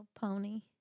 pony